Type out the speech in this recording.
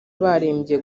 barembye